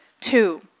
Two